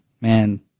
man